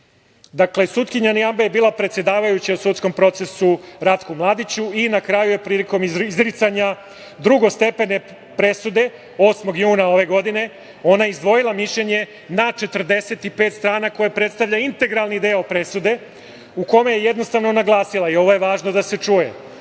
sa Republikom Srpskom, je bila predsedavajuća u sudskom procesu Ratku Mladiću i na kraju je prilikom izricanja drugostepene presude 8. juna ove godine izdvojila mišljenje na 45 strana, koje predstavlja integralni deo presude, u kome jednostavno naglasila, i ovo je važno da se čuje,